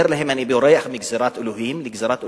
אמר להם: אני בורח מגזירת אלוהים לגזירת אלוהים,